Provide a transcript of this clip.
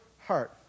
heart